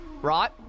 Right